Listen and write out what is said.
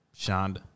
Shonda